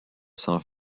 sans